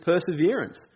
perseverance